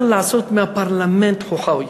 אי-אפשר לעשות מהפרלמנט חוכא ואטלולא,